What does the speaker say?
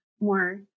more